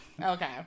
Okay